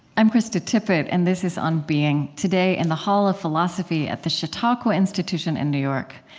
i'm krista tippett, and this is on being. today, in the hall of philosophy at the chautauqua institution in new york,